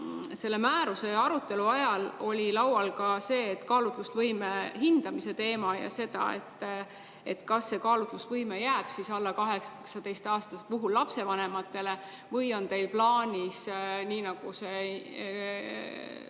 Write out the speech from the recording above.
Selle määruse arutelu ajal oli laual ka kaalutlusvõime hindamise teema ja see, kas see kaalutlusvõime jääb alla 18-aastaste puhul lapsevanematele. Kas on teil plaanis, nii nagu